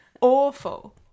awful